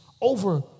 over